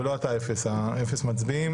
לא אתה אפס, אפס מצביעים